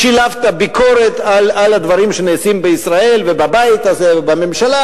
שילבת ביקורת על הדברים שנעשים בישראל ובבית הזה ובממשלה,